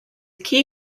key